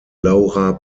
laura